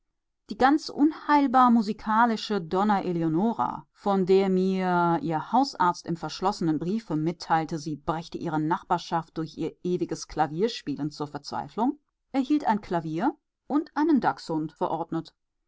die ganz unheilbar musikalische donna eleonora von der mir ihr hausarzt im verschlossenen briefe mitteilte sie brächte ihre nachbarschaft durch ihr ewiges klavierspielen zur verzweiflung erhielt ein klavier und einen dachshund verordnet